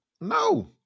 no